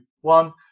one